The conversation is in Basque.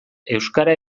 euskara